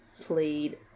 played